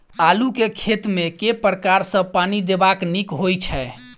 आलु केँ खेत मे केँ प्रकार सँ पानि देबाक नीक होइ छै?